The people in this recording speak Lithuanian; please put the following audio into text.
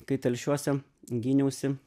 kai telšiuose gyniausi